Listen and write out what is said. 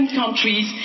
countries